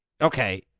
Okay